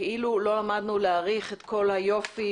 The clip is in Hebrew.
כאילו לא למדנו להעריך את כל היופי